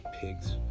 pigs